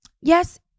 Yes